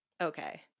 okay